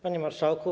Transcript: Panie Marszałku!